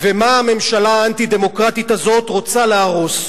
ומה הממשלה האנטי-דמוקרטית הזאת רוצה להרוס.